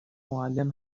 معلم